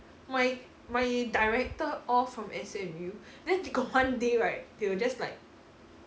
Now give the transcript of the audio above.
my my director all from S_M_U then they got one day right they will just like